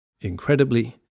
Incredibly